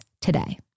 today